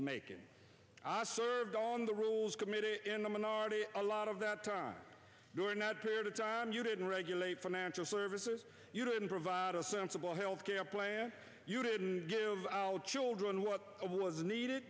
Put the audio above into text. making served on the rules committee in the minority a lot of that time during that period of time you didn't regulate financial services you didn't provide a sensible health care plan you didn't give children what